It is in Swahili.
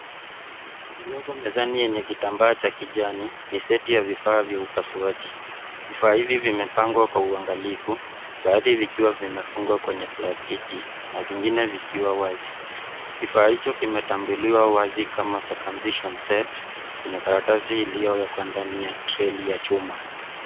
Ilioko mezani yenye kitambaa cha kijani, ni seti ya vifaa vya upasuaji. Vifaa hivi vimepangwa kwa uangalifu, baadhi vikiwa vimefungwa kwenye plastiki, na vingine vikiwa wazi. Kifaa hicho kimetambuliwa wazi kama circumcision set, kwenye karatasi iliyowekwa ndani ya treli ya chuma.